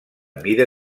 mida